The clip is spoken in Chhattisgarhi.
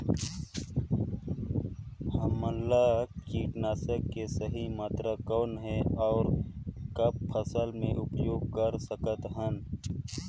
हमला कीटनाशक के सही मात्रा कौन हे अउ कब फसल मे उपयोग कर सकत हन?